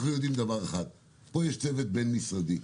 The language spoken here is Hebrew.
אנחנו יודעים דבר אחד, פה יש צוות בין משרדי,